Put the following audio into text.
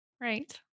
right